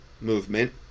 movement